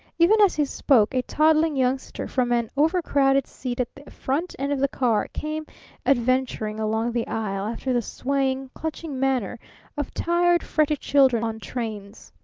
even as he spoke, a toddling youngster from an overcrowded seat at the front end of the car came adventuring along the aisle after the swaying, clutching manner of tired, fretty children on trains.